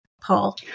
Paul